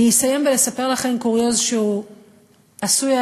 אני אסיים בלספר לכם קוריוז שעשוי היה